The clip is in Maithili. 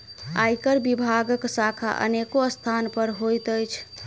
आयकर विभागक शाखा अनेको स्थान पर होइत अछि